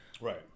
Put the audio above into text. Right